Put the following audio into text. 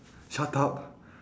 shut up